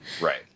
Right